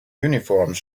uniforms